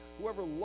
Whoever